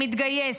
מתגייס,